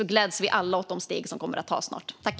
Vi gläds alla åt de steg som snart kommer att tas.